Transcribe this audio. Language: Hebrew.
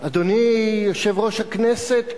אדוני יושב-ראש הכנסת,